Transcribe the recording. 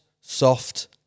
soft